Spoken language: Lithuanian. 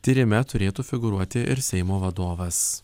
tyrime turėtų figūruoti ir seimo vadovas